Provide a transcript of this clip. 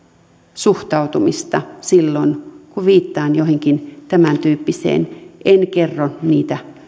suhtautumista silloin kun viittaan joihinkin tämäntyyppisiin en kerro niitä